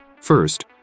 First